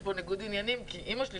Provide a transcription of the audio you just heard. יש פה ניגוד עניינים כי אימא שלי,